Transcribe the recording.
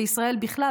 בישראל בכלל,